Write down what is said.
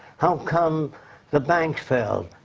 how come the banks failed?